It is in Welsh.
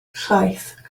llaeth